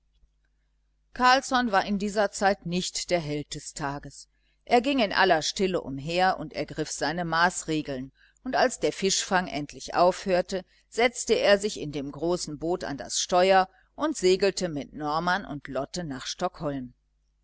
carlsson war in dieser zeit nicht der held des tages er ging in aller stille umher und ergriff seine maßregeln und als der fischfang endlich aufhörte setzte er sich in dem großen boot an das steuer und segelte mit norman und lotte nach stockholm